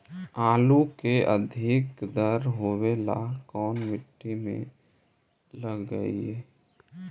आलू के अधिक दर होवे ला कोन मट्टी में लगीईऐ?